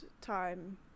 time